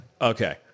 Okay